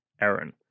Aaron